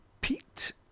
Pete